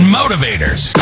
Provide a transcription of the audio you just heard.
motivators